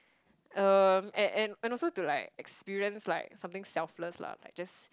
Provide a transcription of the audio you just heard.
um and and and also to like experience like something selfless lah like just